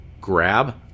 grab